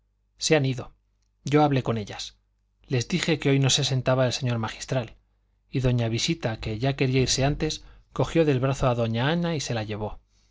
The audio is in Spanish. se han ido yo hablé con ellas les dije que hoy no se sentaba el señor magistral y doña visita que ya quería irse antes cogió del brazo a doña ana y se la llevó